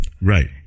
Right